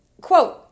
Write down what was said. Quote